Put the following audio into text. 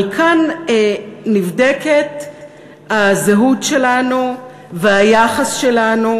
אבל כאן נבדקים הזהות שלנו והיחס שלנו